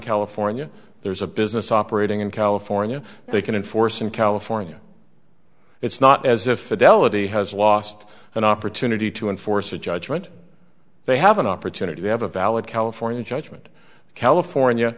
california there's a business operating in california they can enforce in california it's not as if adeleke has lost an opportunity to enforce a judgment they have an opportunity to have a valid california judgment